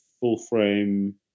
full-frame